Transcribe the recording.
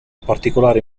particolare